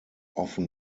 often